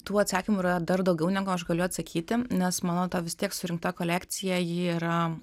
tų atsakymų yra dar daugiau negu aš galiu atsakyti nes mano ta vis tiek surinkta kolekcija ji yra